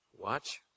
Watch